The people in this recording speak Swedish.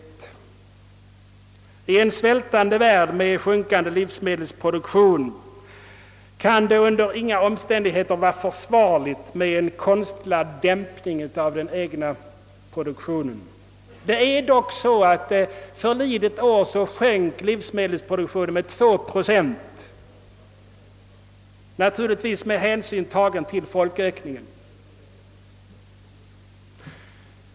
I en svältande värld med sjunkande livsmedelsproduktion kan det under inga omständigheter vara försvarligt med en konstlad dämpning av den egna produktionen. Förlidet år sjönk livsmedelsproduktionen med 2 procent, naturligtvis med hänsyn tagen till folkökningen.